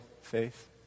faith